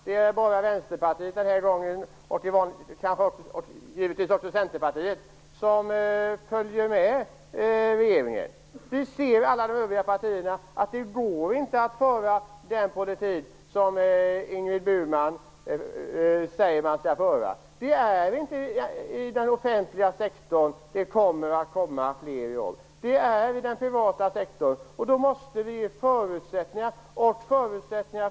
Det är bara Vänsterpartiet, och givetvis också Centerpartiet, som följer med regeringen. Alla de övriga partierna ser att det inte går att föra den politik som Ingrid Burman säger att man skall föra. Det kommer inte fler jobb i den offentliga sektorn. De kommer i den privata sektorn. Då måste vi ge förutsättningar för detta.